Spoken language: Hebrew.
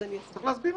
צריך להסביר,